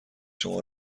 شما